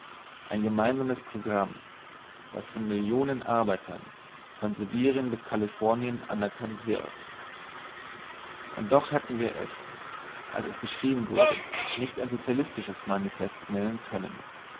ein gemeinsames programm das von millionen arbeitern von sibirien bis kalifornien anerkannt wird und doch hätten wir es als es geschrieben wurde nicht ein sozialistisches manifest nennen können